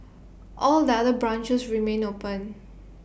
all the other branches remain open